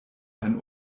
ein